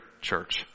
church